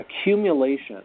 accumulation